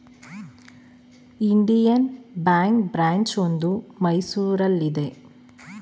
Indian ಬ್ಯಾಂಕ್ನ branch ಒಂದು ಮೈಸೂರಲ್ಲಿದೆ